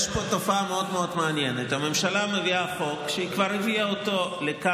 יש פה תופעה מאוד מאוד מעניינת: הממשלה מביאה חוק שהיא כבר הביאה לכאן,